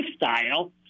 lifestyle